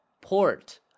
port